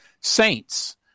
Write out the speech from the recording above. saints